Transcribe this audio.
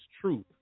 truth